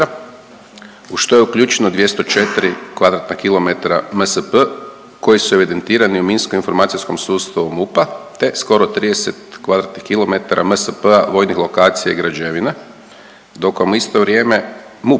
u što je uključeno 204 kvadratna kilometra MSP koji su evidentirani u minsko informacijskom sustavu MUP-a, te skoro 30 kvadratnih kilometara MSP-a, vojnih lokacija i građevina, dok vam u isto vrijeme MUP,